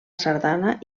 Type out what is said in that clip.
sardana